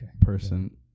Person